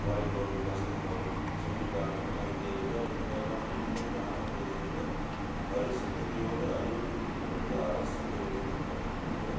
volleyball basketball shuttlecock இந்த மாதிரி கே விளையாட்டுக்கள் எல்லாமே வந்து கிராம பகுதிகளில் பரிசுத்தொகையோட அறிவிப்புகள் நடத்தி அரசு இதை எடுத்து நடத்தும் பொழுது